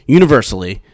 universally